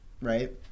right